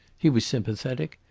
he was sympathetic,